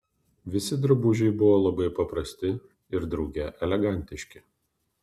visi drabužiai buvo labai paprasti ir drauge elegantiški